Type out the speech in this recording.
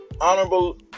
Honorable